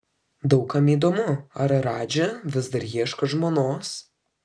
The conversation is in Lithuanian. daug kam įdomu ar radži vis dar ieško žmonos